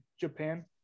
Japan